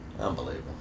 Unbelievable